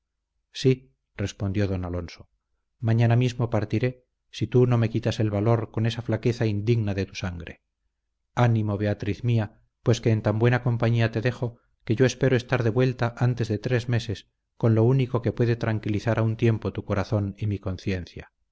sí respondió don alonso mañana mismo partiré si tú no me quitas el valor con esa flaqueza indigna de tu sangre ánimo beatriz mía pues que en tan buena compañía te dejo que yo espero estar de vuelta antes de tres meses con lo único que puede tranquilizar a un tiempo tu corazón y mi conciencia